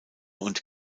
und